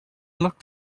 looked